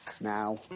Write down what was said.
Now